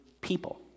people